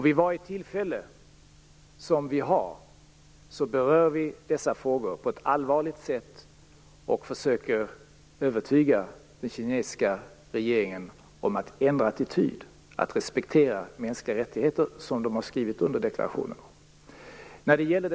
Vid varje tillfälle som vi har berör vi dessa frågor på ett allvarligt sätt och försöker övertyga den kinesiska regeringen om att ändra attityd, att respektera mänskliga rättigheter enligt den deklaration som Kina skrivit under.